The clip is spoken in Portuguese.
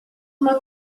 uma